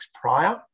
prior